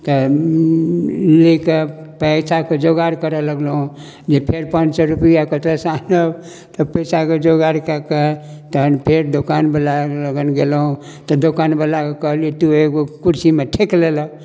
तऽ नहि तऽ पैसाके जोगार करऽ लगलहुँ जे फेर पाँच सए रुपैआ कतऽसँ आनब तऽ पैसाके जोगार कए कऽ तहन फेर दोकान बला लगन गेलहुँ तऽ दोकान बलाके कहलियै तू एगो कुर्सीमे ठकि लेलऽ